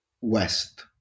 west